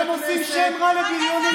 אתם עושים שם רע לבריונים.